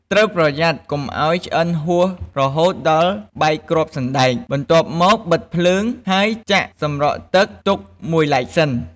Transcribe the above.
ត្រូវប្រយ័ត្នកុំឱ្យឆ្អិនហួសរហូតដល់បែកគ្រាប់សណ្ដែក បន្ទាប់មក បិទភ្លើង ហើយចាក់សម្រក់ទឹកទុកមួយឡែកសិន។